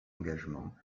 engagement